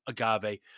agave